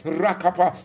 rakapa